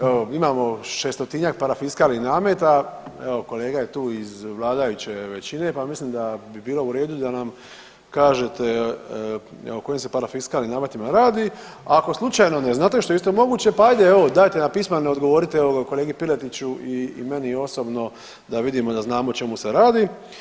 Evo imamo 600-tinjak parafiskalnih nameta, evo kolega je tu iz vladajuće većine pa mislim da bi bilo u redu da nam kažete o kojim se parafiskalnim nametima radi, a ako slučajno ne znate što je isto moguće, pa ajde evo dajte nam pismeno odgovorite kolegi Piletići i meni osobno da vidimo i da znamo o čemu se radi.